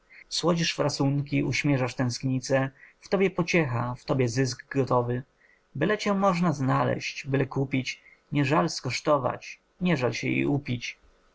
słodzisz frasunki uśmierzasz tęsknice w tobie pociecha w tobie zysk gotowy byle cię można znaleźć byle kupić nie żal skosztować nie żal się i upić